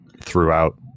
Throughout